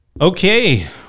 Okay